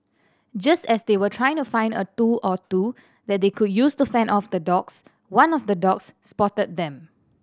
just as they were trying to find a tool or two that they could use to fend off the dogs one of the dogs spotted them